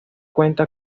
cuenta